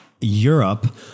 Europe